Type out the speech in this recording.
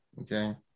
Okay